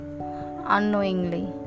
unknowingly